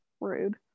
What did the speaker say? Rude